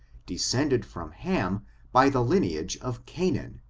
descended from ham by the line age of canaan,